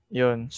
yun